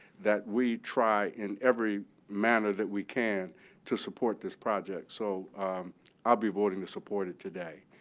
that we try in every manner that we can to support this project. so i'll be voting to support it today.